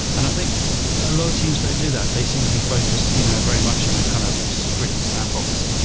and i think a lot of teams don't do that. they seem to be focused you know very much in a kind of sprint sandbox,